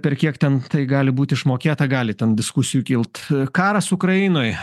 per kiek ten tai gali būt išmokėta gali ten diskusijų kilt karas ukrainoj